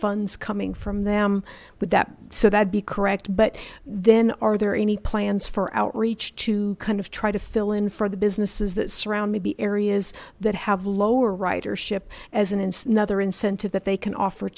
funds coming from them with that so that'd be correct but then are there any plans for outreach to kind of try to fill in for the businesses that surround the areas that have lower ridership as an another incentive that they can offer